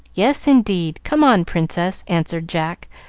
yes, indeed! come on, princess, answered jack,